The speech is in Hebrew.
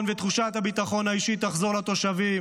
ותחושת הביטחון האישי יחזרו לתושבים,